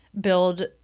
build